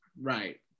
right